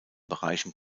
bereichen